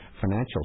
financial